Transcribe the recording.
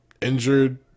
injured